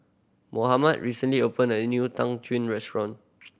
Mohamed recently opened a new tang restaurant